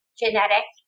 genetic